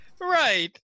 Right